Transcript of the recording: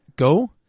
Go